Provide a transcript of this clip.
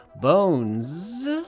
bones